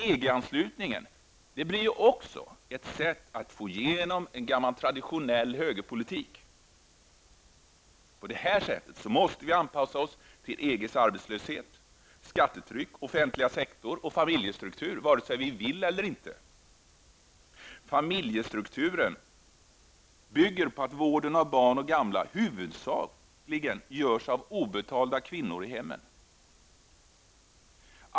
EG-anslutningen blev också ett sätt att få igenom en gammal traditionell högerpolitik. På det sättet måste vi anpassa oss till EGs arbetslöshet, skattetryck, offentliga sektor och familjestruktur, vare sig vi vill eller inte. Familjestrukturen bygger på att vården av barn och gamla huvudsakligen görs av obetalda kvinnor i hemmen.